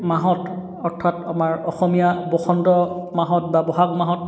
মাহত অৰ্থাৎ আমাৰ অসমীয়া বসন্ত মাহত বা বহাগ মাহত